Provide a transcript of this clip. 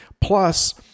Plus